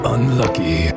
Unlucky